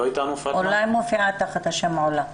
אולי היא מופיעה תחת השם אולה.